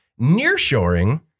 nearshoring